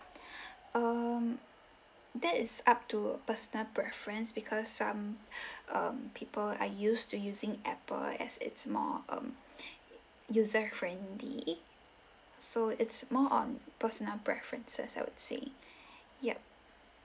um that is up to personal preference because some um people are used to using apple as it's more um user friendly so it's more on personal preferences it's that's I would saying yup